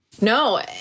No